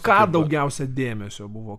ką daugiausia dėmesio buvo